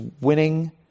winning